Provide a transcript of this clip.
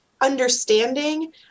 understanding